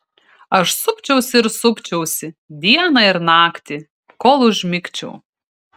aš supčiausi ir supčiausi dieną ir naktį kol užmigčiau